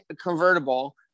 convertible